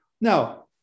Now